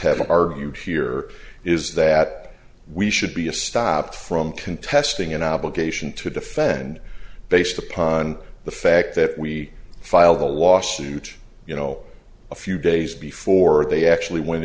have argued here is that we should be a stop from contesting an obligation to defend based upon the fact that we filed the lawsuit you know a few days before they actually went